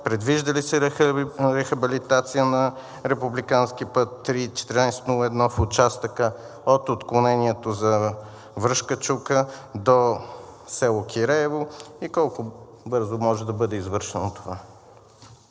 предвижда ли се рехабилитация на републикански път III-1401 в участъка от отклонението за „Връшка чука“ до село Киреево и колко бързо може да бъде извършено това?